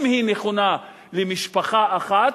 אם היא נכונה למשפחה אחת,